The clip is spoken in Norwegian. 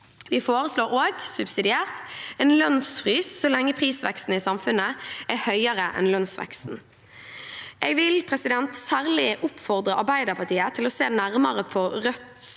som har valgt oss subsidiært en lønnsfrys så lenge prisveksten i samfunnet er høyere enn lønnsveksten. Jeg vil særlig oppfordre Arbeiderpartiet til å se nærmere på Rødts